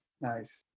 Nice